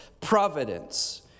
providence